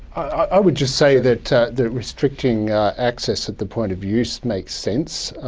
i would just say that that restricting access at the point of use makes sense.